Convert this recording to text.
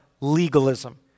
legalism